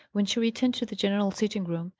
when she returned to the general sitting-room,